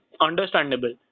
understandable